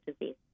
disease